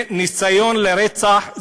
זה ניסיון לרצח,